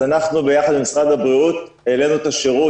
אנחנו ביחד עם משרד הבריאות העלינו את השירות,